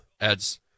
adds